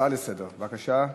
בבקשה,